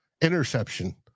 interception